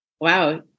Wow